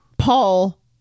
Paul